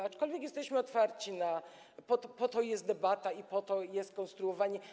Aczkolwiek jesteśmy otwarci, po to jest debata i po to jest konstruowane.